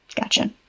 Gotcha